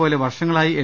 പോലെ വർഷങ്ങളായി എൽ